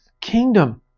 kingdom